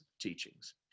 teachings